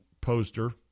poster